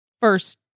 first